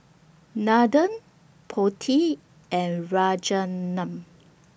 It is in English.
Nathan Potti and Rajaratnam